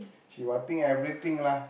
she wiping everything lah